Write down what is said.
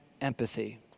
empathy